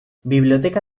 biblioteca